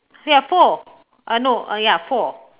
there are four uh no uh ya four